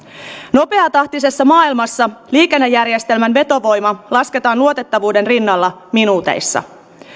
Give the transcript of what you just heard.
nopeatahtisessa maailmassa liikennejärjestelmän vetovoima lasketaan luotettavuuden rinnalla minuuteissa